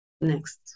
next